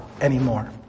anymore